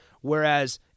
whereas